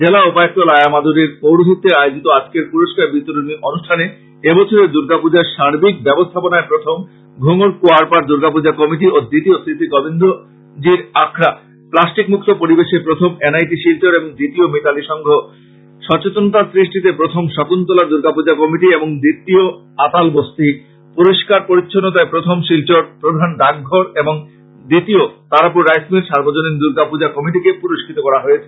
জেলা উপায়ুক্ত লায়া মাদুরীর পৌরহিত্যে আয়োজিত আজকের পুরষ্কার বিতরনী অনুষ্ঠানে এবছরের দুর্গা পুজায় সার্বিক ব্যবস্থাপনায় প্রথম ঘৃংঘূর কুয়ারপার দুর্গা পুজা কমিটি ও দ্বিতীয় শ্রী শ্রী গোবিন্দজীর আখড়া প্লাষ্টিক মুক্ত পরিবেশে প্রথম এন আই টি শিলচর এবং দ্বিতীয় মিতালী সংঘ সচেতনতা সৃষ্টিতে প্রথম শকুন্তলা র্দুগা পূজা কমিটি এবং দ্বিতীয় আতালবস্তী পরিষ্কার পরিচ্ছন্নতায় প্রথম শিলচর প্রধান ডাকঘর এবং দ্বিতীয় তারাপুর রাইস মিল সার্বজনীন র্দূগা পূজা কমিটিকে পুরষ্কৃত করা হয়েছে